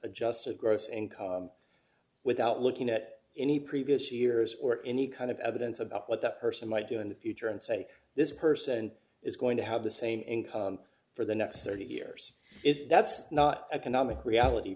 adjusted gross income without looking at any previous years or any kind of evidence about what that person might do in the future and say this person is going to have the same income for the next thirty years that's not economic reality